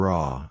Raw